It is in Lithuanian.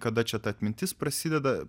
kada čia ta atmintis prasideda